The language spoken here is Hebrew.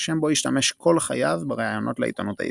שם בו השתמש כל חייו בראיונות לעיתונות העברית.